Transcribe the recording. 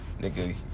Nigga